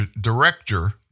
director